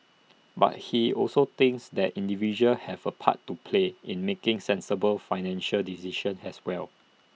but he also thinks that individuals have A part to play in making sensible financial decisions as well